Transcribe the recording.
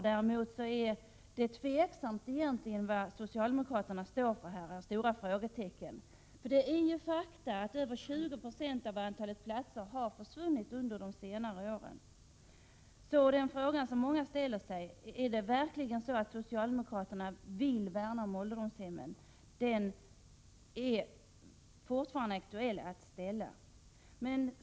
Däremot råder det tvivel om var socialdemokraterna egentligen står i denna fråga. Faktum är att över 20 96 av antalet platser på ålderdomshem har försvunnit under senare år. Den fråga som många ställer sig är: Värnar verkligen socialdemokraterna om ålderdomshemmen? Den frågan är fortfarande aktuell.